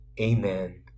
Amen